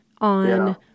on